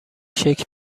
شکل